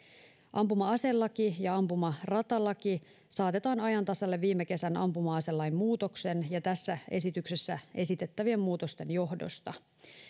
ampuma aselaki ja ampumaratalaki saatetaan ajan tasalle viime kesän ampuma aselain muutoksen ja tässä esityksessä esitettävien muutosten johdosta